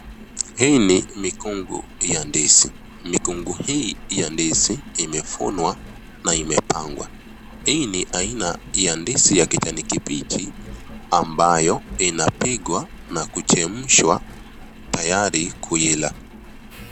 Hii ni mikungu ya ndizi. Mikungu hii ya ndizi imevunwa na imepangwa. Hii ni aina ya ndizi ya kijani kibichi ambayo inapikwa na kuchemshwa tayari kuila.